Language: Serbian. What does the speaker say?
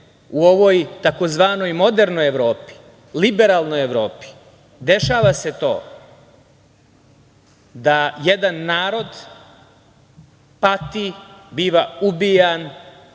u ovoj tzv. modernoj, liberalnoj Evropi, dešava se to da jedan narod pati, biva ubijan,